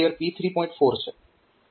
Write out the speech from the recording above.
4 છે